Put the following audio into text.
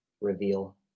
Reveal